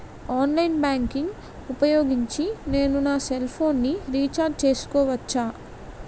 Online banking ఊపోయోగించి నేను నా సెల్ ఫోను ని రీఛార్జ్ చేసుకోవచ్చా?